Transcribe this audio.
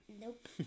Nope